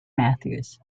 mathews